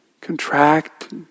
contract